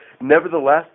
nevertheless